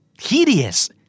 Hideous